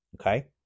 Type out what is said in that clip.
Okay